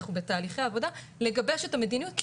אנחנו בתהליכי עבודה לגבש את המדיניות כי